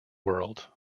world